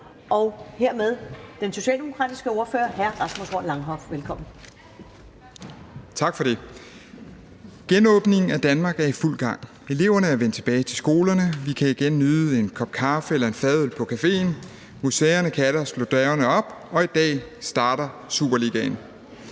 Horn Langhoff. Kl. 10:48 (Ordfører) Rasmus Horn Langhoff (S): Tak for det. Genåbningen af Danmark er i fuld gang: Eleverne er vendt tilbage til skolerne; vi kan igen nyde en kop kaffe eller en fadøl på cafeen; museerne kan atter slå dørene op; og i dag starter Superligaen.